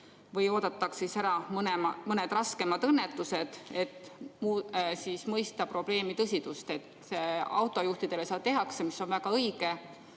või oodatakse ära mõned raskemad õnnetused, et mõista probleemi tõsidust? Autojuhtidele seda kontrolli tehakse, mis on väga õige,